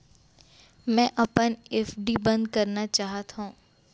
मै अपन एफ.डी बंद करना चाहात हव